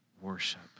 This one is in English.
worship